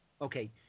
okay